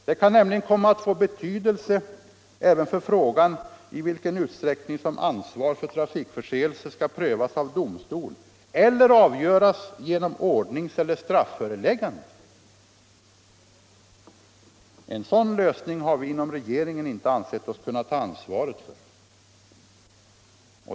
Det kan nämligen komma att få betydelse även för frågan i vilken utsträckning som ansvar för trafikförseelser skall prövas av domstol eller avgöras genom ordningseller strafföreläggande. En sådan lösning har vi inom regeringen inte ansett oss kunna ta ansvaret för.